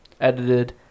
edited